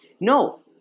No